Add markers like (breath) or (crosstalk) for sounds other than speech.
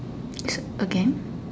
(breath) again